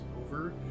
over